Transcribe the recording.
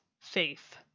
faith